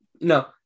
no